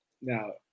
Now